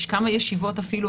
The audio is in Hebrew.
יש כמה ישיבות אפילו,